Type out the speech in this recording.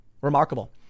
Remarkable